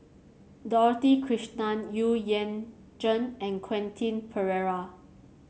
Dorothy Krishnan Xu Yuan Zhen and Quentin Pereira